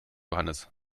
johannes